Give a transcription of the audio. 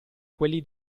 quelli